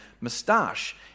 moustache